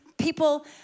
people